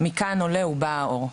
מכאן עולה ובא האור".